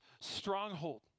stronghold